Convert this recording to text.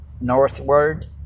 northward